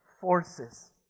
forces